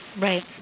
Right